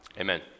amen